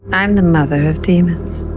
i'm the mother of demons,